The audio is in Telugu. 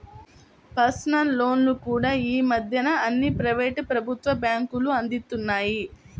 పర్సనల్ లోన్లు కూడా యీ మద్దెన అన్ని ప్రైవేటు, ప్రభుత్వ బ్యేంకులూ అందిత్తన్నాయి